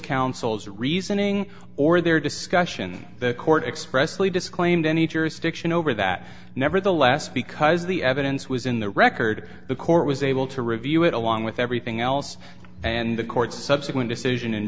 counsel's reasoning or their discussion the court expressly disclaimed any jurisdiction over that nevertheless because the evidence was in the record the court was able to review it along with everything else and the court subsequent decision